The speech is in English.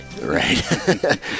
Right